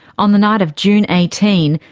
on the night of june eighteen,